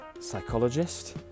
psychologist